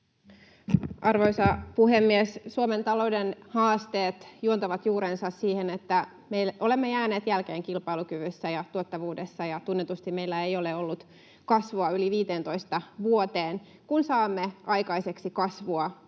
Arvoisa puhemies! Suomen talouden haasteet juontavat juurensa siihen, että me olemme jääneet jälkeen kilpailukyvyssä ja tuottavuudessa, ja tunnetusti meillä ei ole ollut kasvua yli 15 vuoteen. Kun saamme aikaiseksi kasvua,